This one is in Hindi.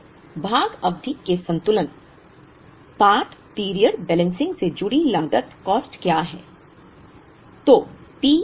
तो भाग अवधि के संतुलन पार्ट पीरियड बैलेंससिंग से जुड़ी लागत कॉस्ट क्या है